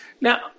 Now